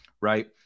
right